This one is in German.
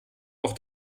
auch